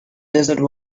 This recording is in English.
desert